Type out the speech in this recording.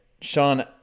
Sean